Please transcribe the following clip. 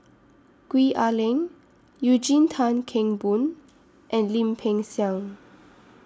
Gwee Ah Leng Eugene Tan Kheng Boon and Lim Peng Siang